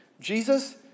Jesus